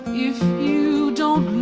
if you don't